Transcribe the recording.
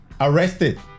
arrested